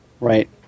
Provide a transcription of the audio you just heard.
Right